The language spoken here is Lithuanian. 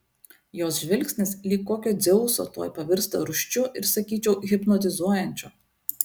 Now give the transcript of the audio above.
jos žvilgsnis lyg kokio dzeuso tuoj pavirsta rūsčiu ir sakyčiau hipnotizuojančiu